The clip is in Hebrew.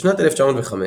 בשנת 1905,